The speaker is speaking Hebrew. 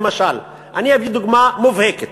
למשל, אני אביא דוגמה מובהקת: